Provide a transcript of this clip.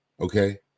Okay